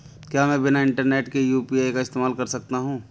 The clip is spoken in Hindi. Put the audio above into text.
क्या मैं बिना इंटरनेट के यू.पी.आई का इस्तेमाल कर सकता हूं?